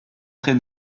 trés